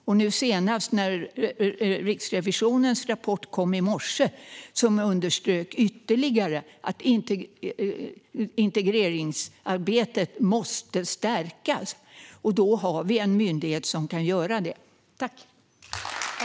Senast i morse kom Riksrevisionens rapport, där det ytterligare understryks att integreringsarbetet måste stärkas. Vi har en myndighet som kan göra detta.